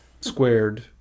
Squared